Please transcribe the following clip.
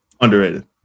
Underrated